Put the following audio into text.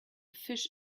fish